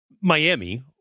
Miami